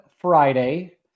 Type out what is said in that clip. Friday